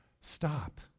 stop